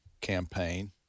campaign